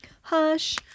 Hush